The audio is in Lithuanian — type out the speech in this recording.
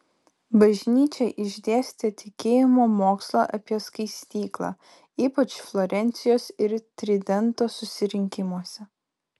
bažnyčia išdėstė tikėjimo mokslą apie skaistyklą ypač florencijos ir tridento susirinkimuose